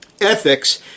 Ethics